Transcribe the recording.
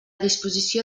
disposició